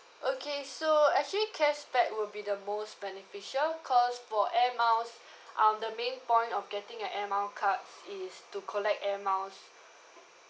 okay so actually cashback would be the most beneficial cause for air miles um the main point of getting an air mile card is to collect air miles